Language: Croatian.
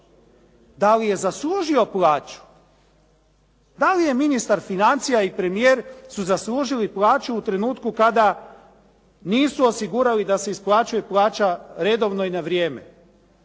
Da li je zaslužio plaću? Da li je ministar financija i premijer su zaslužili plaću u trenutku kada nisu osigurali da se isplaćuje plaća redovno i na vrijeme.